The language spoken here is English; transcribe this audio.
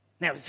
Now